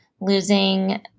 losing